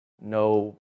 no